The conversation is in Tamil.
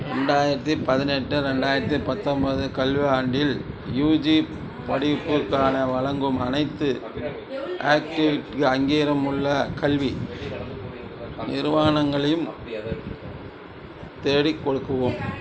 ரெண்டாயிரத்தி பதினெட்டு ரெண்டாயிரத்தி பத்தொம்பது கல்வியாண்டில் யுஜி படிப்புக்கான வழங்கும் அனைத்து ஆக்ட்டிவிட் அங்கீகாரமுள்ள கல்வி நிறுவனங்களையும் தேடிக் கொடுக்கவும்